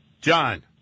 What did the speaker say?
John